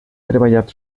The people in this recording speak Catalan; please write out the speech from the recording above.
treballat